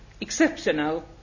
exceptional